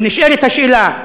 ונשאלת השאלה,